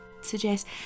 suggest